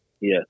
Yes